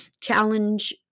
challenge